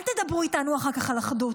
אל תדברו איתנו אחר כך על אחדות,